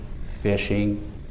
fishing